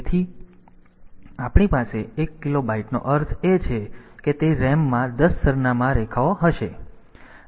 તેથી આપણી પાસે એક કિલો બાઈટનો અર્થ એ છે કે તે RAM માં 10 સરનામાં રેખાઓ હશે